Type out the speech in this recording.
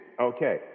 Okay